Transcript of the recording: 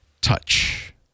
Touch